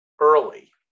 early